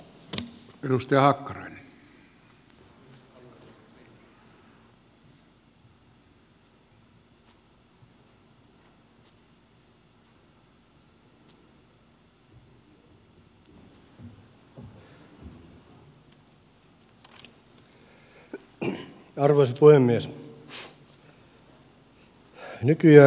arvoisa puhemies